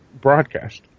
broadcast